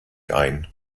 ein